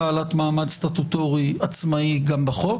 האי בעלת מעמד סטטוטורי עצמאי גם בחוק.